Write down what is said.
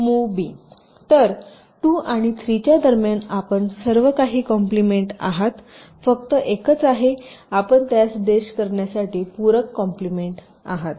move B तर 2 आणि 3 च्या दरम्यान आपण सर्वकाही कॉम्प्लिमेंट आहात फक्त एकच आहे आपण त्यास डॅश करण्यासाठी पूरक कॉम्प्लिमेंट आहात